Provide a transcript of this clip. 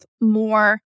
more